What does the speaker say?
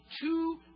two